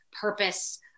purpose